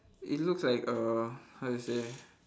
it looks like uh how to say